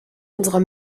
unserer